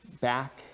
back